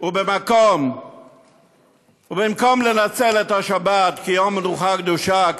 במקום לנצל את השבת כיום מנוחה וקדושה,